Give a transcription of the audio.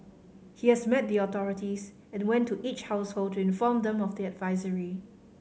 he has met the authorities and went to each household to inform them of the advisory